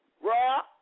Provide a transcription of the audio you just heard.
raw